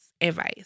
Advice